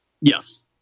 Yes